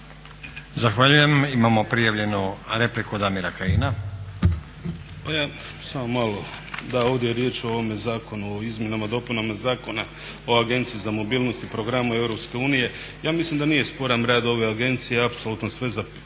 Zahvaljujem. Imamo prijavljenu repliku Damira Kajina. **Kajin, Damir (ID - DI)** Pa ja, samo malo, da, ovdje je riječ o ovome zakonu o izmjenama i dopunama Zakona o Agenciji za mobilnost i program u EU. Ja mislim da nije sporan rad ove agencije, apsolutno sve je za 5.